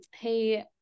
Hey